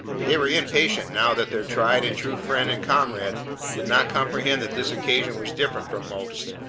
they were impatient now that their tried and true friend and comrade did not comprehend that this occasion was different from most,